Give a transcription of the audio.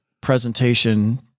presentation